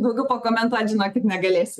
daugiau pakomentuoti žinokit negalėsiu